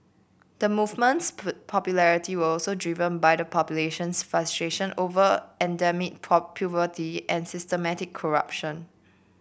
the movement's popularity were also driven by the population's frustration over endemic poverty and systemic corruption